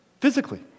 Physically